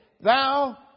thou